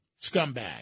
scumbag